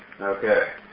Okay